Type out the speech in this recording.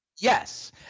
Yes